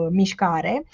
mișcare